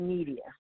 Media